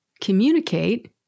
communicate